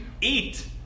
eat